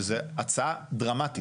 שזו הצעה דרמטית.